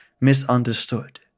misunderstood